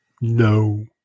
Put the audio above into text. no